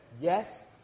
yes